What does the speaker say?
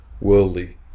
worldly